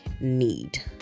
need